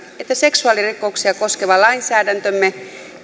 että seksuaalirikoksia koskeva lainsäädäntömme